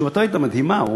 תשובתו הייתה מדהימה.